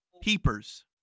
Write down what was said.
peepers